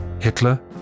Hitler